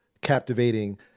captivating